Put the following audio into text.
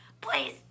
Please